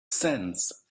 sense